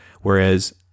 whereas